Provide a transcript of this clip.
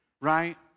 right